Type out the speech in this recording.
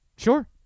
Sure